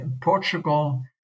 Portugal